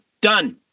Done